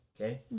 okay